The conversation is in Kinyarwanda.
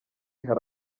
hari